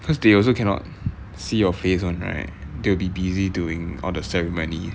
cause they also cannot see your face [one] right they will be busy doing all the ceremony